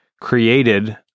created